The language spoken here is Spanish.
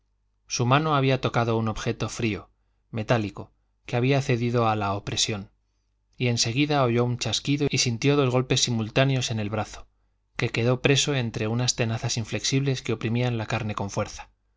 su mano había tocado un objeto frío metálico que había cedido a la opresión y en seguida oyó un chasquido y sintió dos golpes simultáneos en el brazo que quedó preso entre unas tenazas inflexibles que oprimían la carne con fuerza